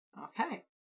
Okay